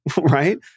Right